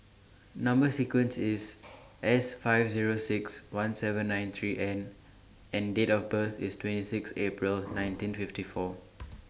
Number sequence IS S five Zero six one seven nine three N and Date of birth IS twenty six April nineteen fifty four